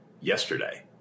yesterday